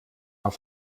auf